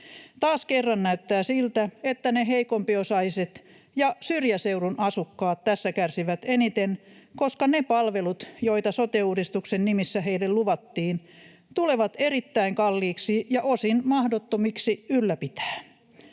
Taas kerran näyttää siltä, että ne heikompiosaiset ja syrjäseudun asukkaat tässä kärsivät eniten, koska ne palvelut, joita sote-uudistuksen nimissä heille luvattiin, tulevat erittäin kalliiksi ja osin mahdottomiksi ylläpitää.